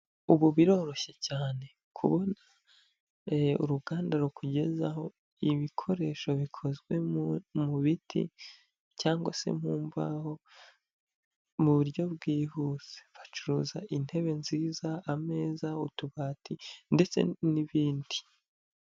Ubu biroroshye cyane ku kubona uruganda rukugezaho ibikoresho bikozwe mu biti, cyangwa se mu mbahoho, mu buryo bwihuse. Bacuruza intebe nziza, ameza, utubati, ndetse n'ibindi.